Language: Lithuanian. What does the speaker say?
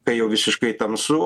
kai jau visiškai tamsu